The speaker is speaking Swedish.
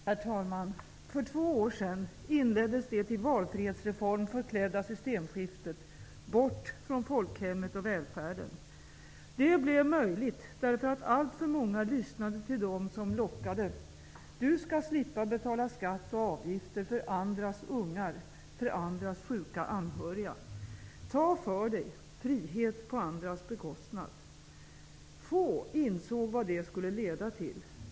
Herr talman! För två år sedan inleddes det till valfrihetsreform förklädda systemskiftet; bort från folkhemmet och välfärden! Det blev möjligt därför att alltför många lyssnade till dem som lockade: Du skall slippa betala skatt och avgifter för andras ungar, för andras sjuka anhöriga! Ta för dig! Frihet på andras bekostnad. Få insåg vad det skulle leda till.